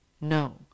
No